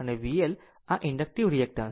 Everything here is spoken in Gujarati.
અને VL આ ઇન્ડકટીવ રીએક્ટન્સ છે